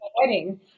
wedding